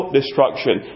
destruction